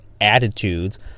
attitudes